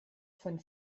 von